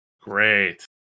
Great